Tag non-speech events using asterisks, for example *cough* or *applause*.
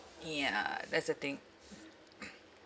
yeah that's the thing *noise*